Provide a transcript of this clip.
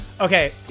okay